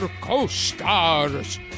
co-stars